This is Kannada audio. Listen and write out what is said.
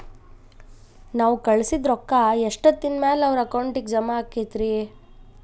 ನಾವು ಕಳಿಸಿದ್ ರೊಕ್ಕ ಎಷ್ಟೋತ್ತಿನ ಮ್ಯಾಲೆ ಅವರ ಅಕೌಂಟಗ್ ಜಮಾ ಆಕ್ಕೈತ್ರಿ?